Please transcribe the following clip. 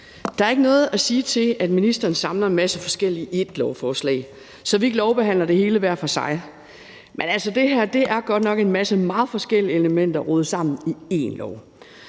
Der er ikke noget at sige til, at ministeren samler en masse forskelligt i ét lovforslag, så vi ikke lovbehandler det hele hver for sig. Men altså, det her er godt nok en masse meget forskellige elementer rodet sammen i ét